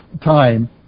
time